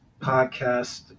Podcast